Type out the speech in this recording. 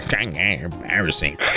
embarrassing